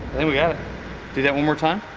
and we got it do that one more time